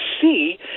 see